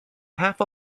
half